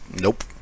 Nope